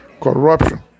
corruption